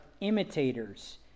imitators